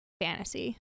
fantasy